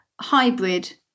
hybrid